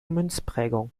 münzprägung